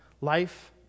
Life